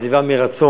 יש עזיבה מרצון,